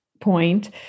point